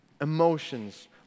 Emotions